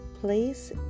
place